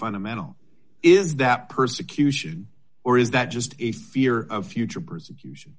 fundamental is that persecution or is that just a fear of future persecution